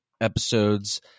episodes